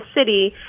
city